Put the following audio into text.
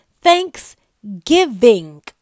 thanksgiving